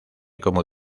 como